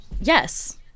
yes